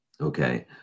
Okay